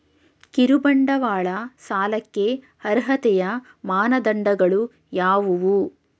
ಕಿರುಬಂಡವಾಳ ಸಾಲಕ್ಕೆ ಅರ್ಹತೆಯ ಮಾನದಂಡಗಳು ಯಾವುವು?